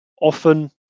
often